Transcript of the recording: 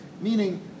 Meaning